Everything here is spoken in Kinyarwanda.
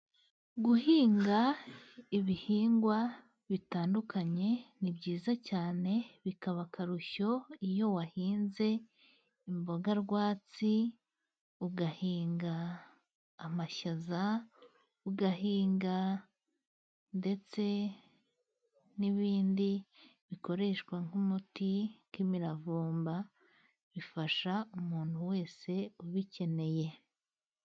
Guhinga ibihingwa bitandukanye ni byiza cyane, bikaba akarusho iyo wahinze imboga rwatsi, ugahinga amashaza, ugahinga ndetse n'ibindi bikoreshwa nk'umuti nk'imiravumba. Bifasha umuntu wese ubikeneye.